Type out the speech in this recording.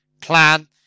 plan